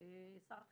שר החינוך,